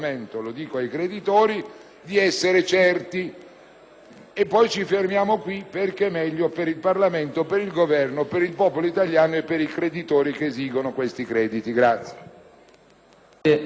E poi ci fermiamo qui, perché è meglio per il Parlamento, per il Governo, per il popolo italiano e per i creditori che esigono questi crediti.